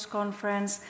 conference